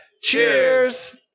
cheers